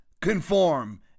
conform